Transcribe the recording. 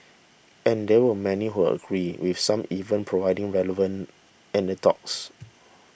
and there were many who agreed with some even providing relevant anecdotes